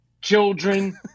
children